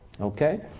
Okay